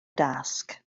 dasg